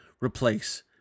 replace